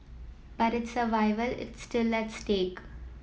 but its survival is still stake